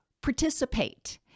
participate